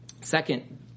Second